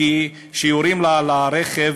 כשיורים לה על הרכב,